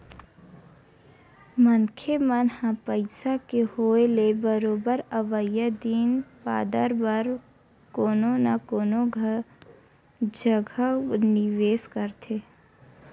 मनखे मन ह पइसा के होय ले बरोबर अवइया दिन बादर बर कोनो न कोनो जघा निवेस करथे